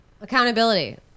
accountability